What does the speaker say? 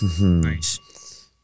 Nice